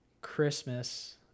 Christmas